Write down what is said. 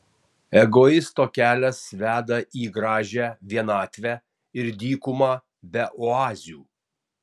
egoisto kelias veda į gaižią vienatvę ir dykumą be oazių